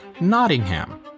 Nottingham